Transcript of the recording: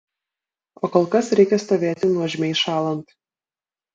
o kol kas reikia stovėti nuožmiai šąlant